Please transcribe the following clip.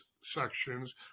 sections